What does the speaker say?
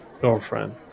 girlfriend